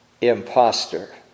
imposter